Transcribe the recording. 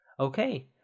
Okay